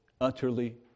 utterly